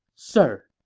sir,